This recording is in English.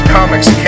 Comics